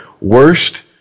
worst